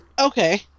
Okay